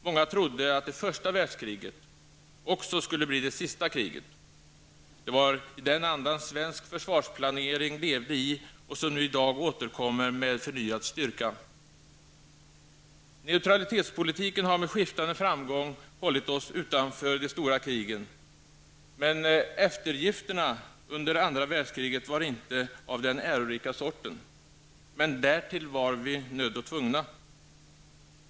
Många trodde att det första världskriget också skulle bli det sista kriget. Det var i den andan svensk försvarsplanering levde och som nu i dag återkommer med förnyad styrka. Neutralitetspolitiken har med skiftande framgång hållit oss utanför de stora krigen, men eftergifterna under andra världskriget var inte av den ärorika sorten. Men därtill var vi nödda och tvungna.